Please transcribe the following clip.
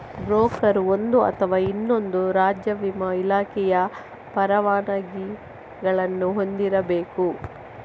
broker ಒಂದು ಅಥವಾ ಇನ್ನೊಂದು ರಾಜ್ಯ ವಿಮಾ ಇಲಾಖೆಯ ಪರವಾನಗಿಗಳನ್ನು ಹೊಂದಿರಬೇಕು